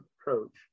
approach